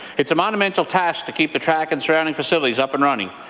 it's a monumental task to keep the track and surrounding facilities up and running.